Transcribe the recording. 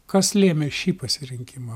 kas lėmė šį pasirinkimą